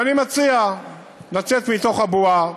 אני מציע לצאת מתוך הבועה.